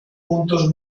puntos